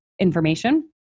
information